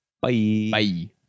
Bye